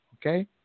okay